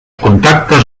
contactes